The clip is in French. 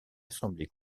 assemblée